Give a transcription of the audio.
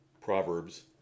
Proverbs